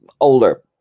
older